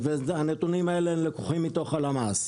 הנתונים האלה לקוחים מתוך הלמ"ס.